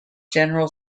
general